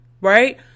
right